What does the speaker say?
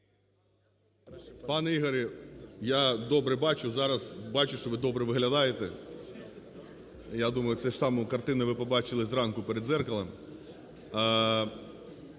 Пане Ігорю, я добре бачу. Зараз бачу, що ви добре виглядаєте, я думаю, цю ж саму картину ви побачили зранку перед дзеркалом.